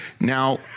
Now